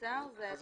בואו